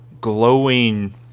glowing